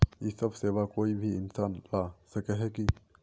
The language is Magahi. इ सब सेवा कोई भी इंसान ला सके है की?